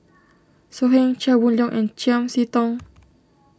So Heng Chia Boon Leong and Chiam See Tong